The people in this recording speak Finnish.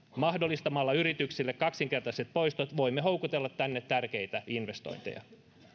mahdollistamalla yrityksille kaksinkertaiset poistot voimme houkutella tänne tärkeitä investointeja